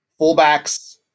fullbacks